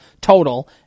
total